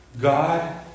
God